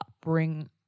bring